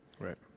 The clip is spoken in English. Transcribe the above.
right